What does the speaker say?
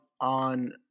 on